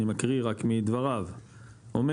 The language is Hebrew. אני מקריא רק מדבריו אומר,